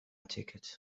ticket